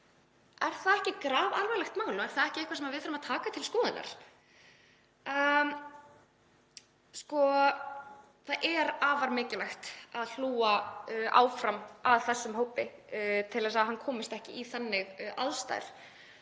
Er það ekki grafalvarlegt mál og er það ekki eitthvað sem við þurfum að taka til skoðunar? Það er afar mikilvægt að hlúa áfram að þessum hópi til að hann komist ekki í þannig aðstæður